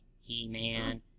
He-Man